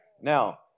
Now